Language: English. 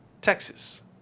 Texas